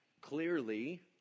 clearly